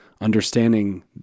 understanding